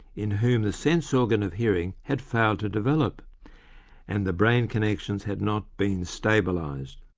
in whom the sense organ of hearing had failed to develop and the brain connections had not been stabilised?